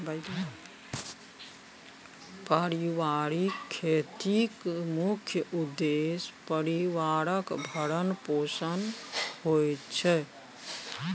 परिबारिक खेतीक मुख्य उद्देश्य परिबारक भरण पोषण होइ छै